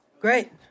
Great